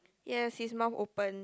yes his mouth open